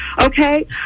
Okay